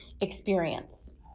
Experience